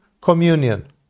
communion